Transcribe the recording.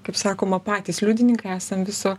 kaip sakoma patys liudininkai esam viso